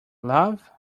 love